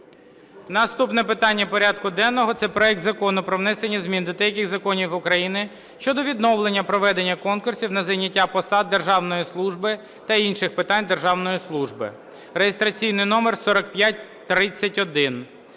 Наступне питання порядку денного – це проект Закону про внесення змін до деяких законів України щодо відновлення проведення конкурсів на зайняття посад державної служби та інших питань державної служби (реєстраційний номер 4531).